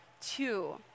two